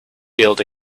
field